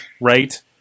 right